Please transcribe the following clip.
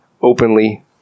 openly